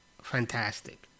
fantastic